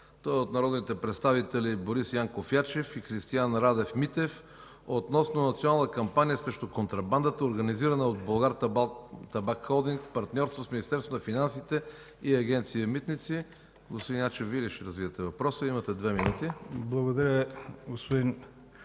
Той е от народните представители Борис Янков Ячев и Христиан Радев Митев относно национална кампания срещу контрабандата, организирана от „Булгартабак холдинг”, партньор с Министерството на финансите и Агенция „Митници”. Господин Ячев, ако Вие ще развиете въпроса, имате две минути. БОРИС ЯЧЕВ (ПФ):